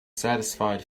satisfied